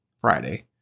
Friday